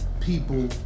people